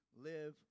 live